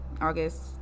august